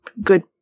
good